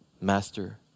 master